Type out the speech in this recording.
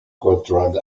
controlled